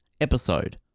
episode